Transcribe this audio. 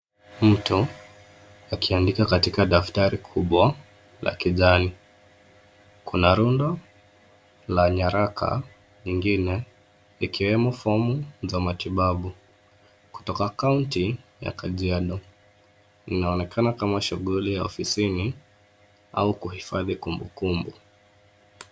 Mtu akiandika katika daftari kubwa la kijani. Kuna rundo la nyaraka ingine ikiwemo fomu za matibabu kutoka kaunti ya Kajiado. Inaonekana kama shughuli ya ofisini au kuhifadhi kumbukumbu.